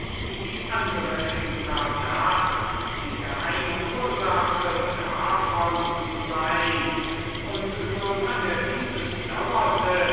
die andere im verdacht die geheime ursache davon zu sein und so lange dieses daurte